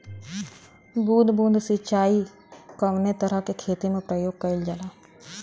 बूंद बूंद सिंचाई कवने तरह के खेती में प्रयोग कइलजाला?